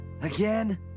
again